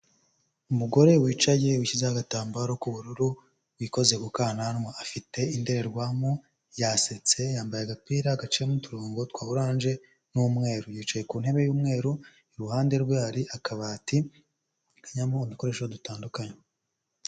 Umugore wicaye wishyizeho agatambaro k'ubururu wikoze kukanwa, afite indorerwamo yasetse yambaye agapira gacimo uturongo twa oranje n'umweru. Yicaye ku ntebe y'umweru, iruhande rwe hari akabati kajyamo udukoresho dutandukanye.